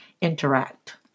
interact